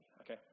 okay